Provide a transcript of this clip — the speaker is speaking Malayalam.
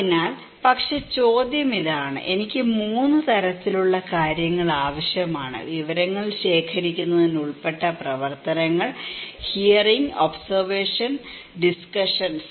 അതിനാൽ പക്ഷേ ചോദ്യം ഇതാണ് എനിക്ക് 3 തരത്തിലുള്ള കാര്യങ്ങൾ ആവശ്യമാണ് വിവരങ്ങൾ ശേഖരിക്കുന്നതിന് ഉൾപ്പെട്ട പ്രവർത്തനങ്ങൾ ഹിയറിങ് ഒബ്സെർവഷൻ ഡിസ്കഷന്സ്